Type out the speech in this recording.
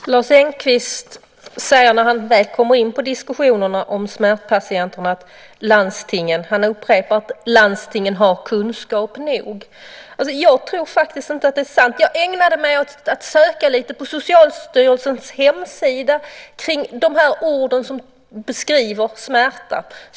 Fru talman! Lars Engqvist säger, när han väl kommer in på diskussionerna om smärtpatienterna, att landstingen har kunskap nog. Jag tror faktiskt inte att det är sant. Jag ägnade mig åt att söka lite på Socialstyrelsens hemsida kring ord som beskriver smärta.